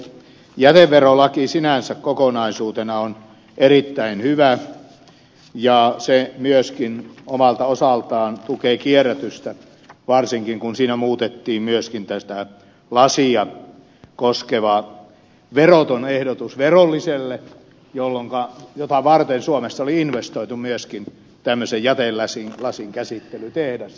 jäteverolaki sinänsä kokonaisuutena on erittäin hyvä ja se myöskin omalta osaltaan tukee kierrätystä varsinkin kun siinä muutettiin myöskin lasia koskeva veroton ehdotus verolliseksi mitä varten suomessa oli investoitu myöskin jätelasin käsittelytehtaaseen